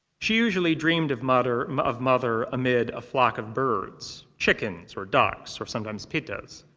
she usually dreamed of mother of mother amid a flock of birds chickens, or ducks, or sometimes pittas.